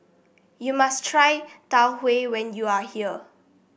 you must try Tau Huay when you are here